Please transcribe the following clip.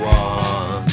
one